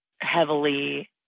heavily